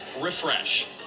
refresh